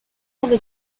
other